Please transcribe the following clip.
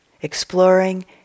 exploring